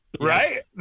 Right